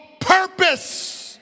purpose